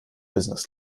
business